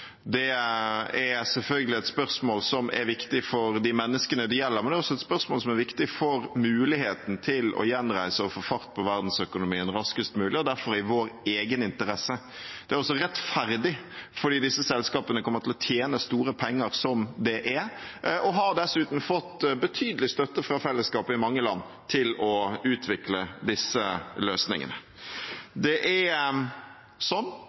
Det er selvfølgelig et spørsmål som er viktig for de menneskene det gjelder, men det er også et spørsmål som er viktig for muligheten til å gjenreise og få fart på verdensøkonomien raskest mulig, og som derfor er i vår egen interesse. Det er også rettferdig, fordi disse selskapene kommer til å tjene store penger som det er, og de har dessuten fått betydelig støtte fra fellesskapet i mange land til å utvikle disse løsningene. Det er sånn